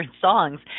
songs